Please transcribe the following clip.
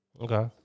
Okay